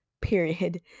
period